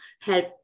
help